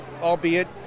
albeit